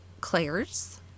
Claire's